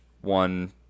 one